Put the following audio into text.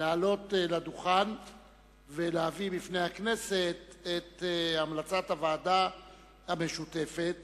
לעלות לדוכן ולהביא בפני הכנסת את המלצת הוועדה המשותפת